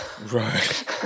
Right